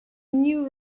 new